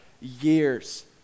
years